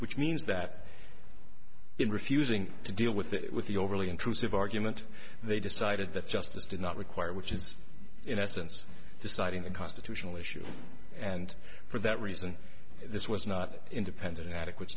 which means that in refusing to deal with it with the overly intrusive argument they decided that justice did not require which is in essence deciding a constitutional issue and for that reason this was not independent a